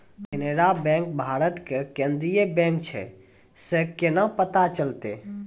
Canara bank Bharat के केन्द्रीय bank छै से केना पता चलतै?